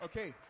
Okay